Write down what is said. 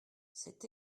c’est